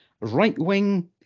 right-wing